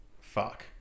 fuck